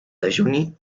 dejuni